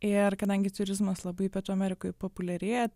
ir kadangi turizmas labai pietų amerikoj populiarėja